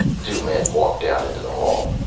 the two men walked out into the hall.